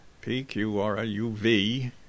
P-Q-R-A-U-V